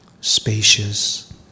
spacious